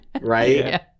right